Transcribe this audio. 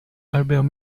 albert